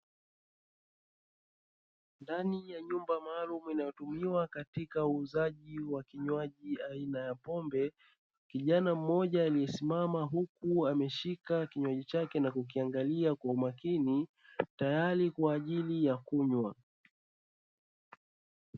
Ndani ya nyumba maalum inayotumiwa katika uuzaji wa kinywaji aina ya pombe, kijana mmoja aliye simama huku ameshika kinywaji chake na kukiangalia kwa umakini, tayari kwa ajili ya kunywa.